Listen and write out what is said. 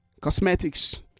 Cosmetics